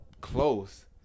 close